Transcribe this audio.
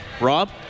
Rob